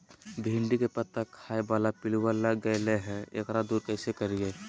भिंडी के पत्ता खाए बाला पिलुवा लग गेलै हैं, एकरा दूर कैसे करियय?